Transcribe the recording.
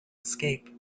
escape